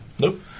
Nope